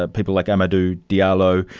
ah people like amadou diallo,